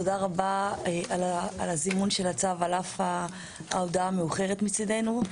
תודה רבה על הזימון של הצו על אף ההודעה המאוחרת מצידנו.